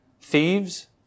thieves